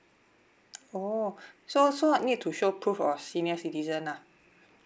oh so so I need to show proof of senior citizen lah